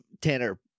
Tanner